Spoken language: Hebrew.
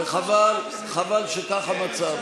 שב במקומך.